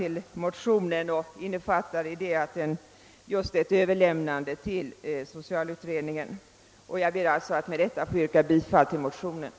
Med tanke just på ett sådant överlämnande ber jag att få yrka bifall till motionerna.